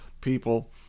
people